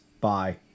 Bye